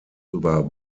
über